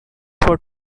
for